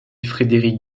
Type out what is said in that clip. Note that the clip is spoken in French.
frederick